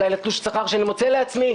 אולי לתלוש השכר שאני מוציא לעצמי,